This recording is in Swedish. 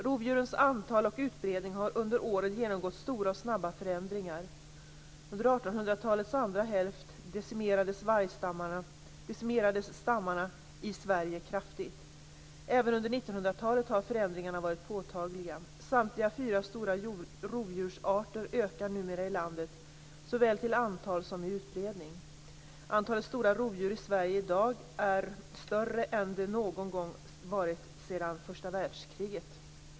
Rovdjurens antal och utbredning har under åren genomgått stora och snabba förändringar. Under Sverige kraftigt. Även under 1900-talet har förändringarna varit påtagliga. Samtliga fyra stora rovdjursarter ökar numera i landet såväl till antal som i utbredning. Antalet stora rovdjur i Sverige är i dag större än det varit någon gång sedan första världskriget.